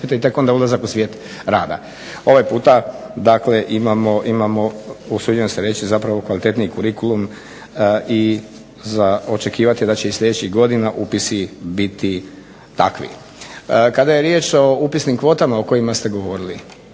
i tek onda ulazak u svijet rada. Ovaj puta dakle imamo usuđujem se reći zapravo kvalitetniji kurikulum i za očekivati je da će i sljedećih godina upisi biti takvi. Kada je riječ o upisnim kvotama o kojima ste govorili,